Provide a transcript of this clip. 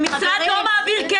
אתם מפריעים לי.